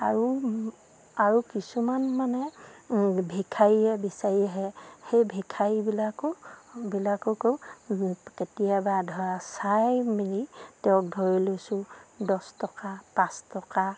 আৰু আৰু কিছুমান মানে ভিক্ষাৰীয়ে বিচাৰি আহে সেই ভিক্ষাৰীবিলাকো বিলাককো কেতিয়াবা ধৰা চাই মেলি তেওঁক ধৰি লৈছোঁ দহ টকা পাঁচ টকা